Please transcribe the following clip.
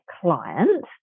client